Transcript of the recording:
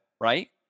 right